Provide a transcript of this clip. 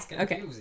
Okay